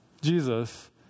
Jesus